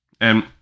And-